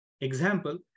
Example